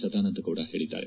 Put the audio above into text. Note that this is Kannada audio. ಸದಾನಂದಗೌಡ ಹೇಳಿದ್ದಾರೆ